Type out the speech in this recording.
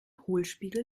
hohlspiegel